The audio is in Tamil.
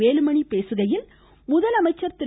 வேலுமணி பேசுகையில் முதலமைசச்ர் திரு